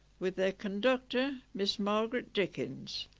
with their conductor miss margaret dickins.